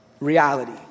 reality